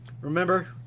Remember